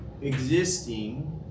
existing